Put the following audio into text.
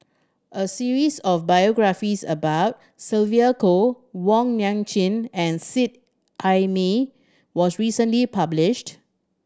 a series of biographies about Sylvia Kho Wong Nai Chin and Seet Ai Mee was recently published